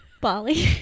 Bali